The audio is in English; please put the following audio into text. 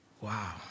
Wow